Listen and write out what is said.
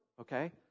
okay